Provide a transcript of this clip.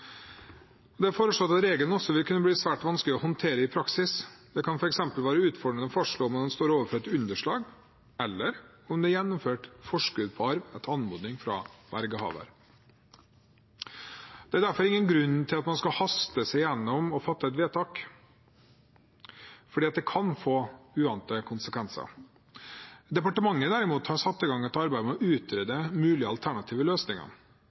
Det er hevdet at regelen også vil kunne bli svært vanskelig å håndtere i praksis. Det kan f.eks. være utfordrende å fastslå om man står overfor et underslag, eller om det er gjennomført forskudd på arv etter anmodning fra vergehaver. Det er derfor ingen grunn til at man skal haste gjennom og fatte et vedtak, for det kan få uante konsekvenser. Departementet har derimot satt i gang et arbeid med å utrede mulige alternative løsninger.